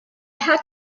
had